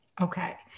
Okay